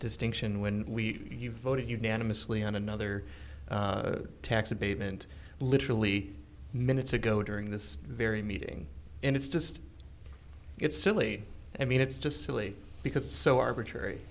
distinction when we you voted unanimously on another tax abatement literally minutes ago during this very meeting and it's just it's silly i mean it's just silly because it's so arbitrary